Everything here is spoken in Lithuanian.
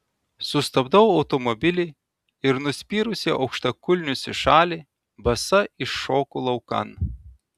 sustabdau automobilį ir nuspyrusi aukštakulnius į šalį basa iššoku laukan